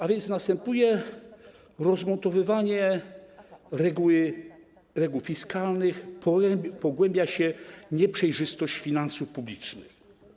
A więc następuje rozmontowywanie reguł fiskalnych, pogłębia się nieprzejrzystość finansów publicznych.